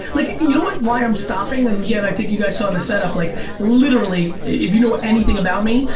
like you know why i'm stopping and again i think you guys saw on the setup, lik like literally if you know anything about me,